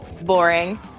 boring